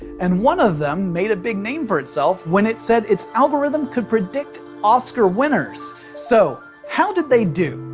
and one of them made a big name for itself when it said its algorithm could predict oscar winners. so how did they do?